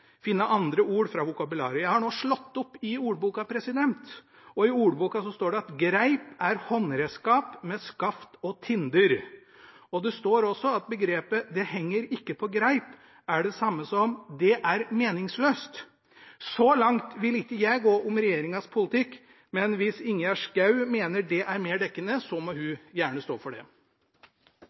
finne andre ord fra vokabularet. Jeg har nå slått opp i ordboka, og der står det at «greip» er et «håndredskap med skaft og tinder». Det står også at begrepet «det henger ikke på greip» er det samme som «det er meningsløst». Så langt vil ikke jeg gå når det gjelder regjeringens politikk, men hvis Ingjerd Schou mener det er mer dekkende, så må hun gjerne stå for det.